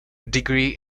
degree